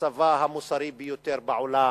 הצבא המוסרי ביותר בעולם,